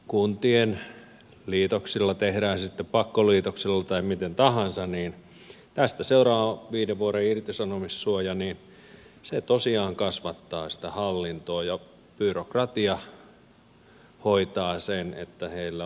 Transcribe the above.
kuntien liitoksesta tehdään se sitten pakkoliitoksella tai miten tahansa seuraa viiden vuoden irtisanomissuoja ja se tosiaan kasvattaa sitä hallintoa ja byrokratia hoitaa sen että heillä on hommia